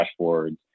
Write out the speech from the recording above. dashboards